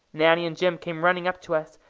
nanny and jim came running up to us,